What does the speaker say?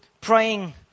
praying